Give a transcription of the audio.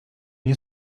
nie